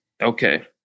Okay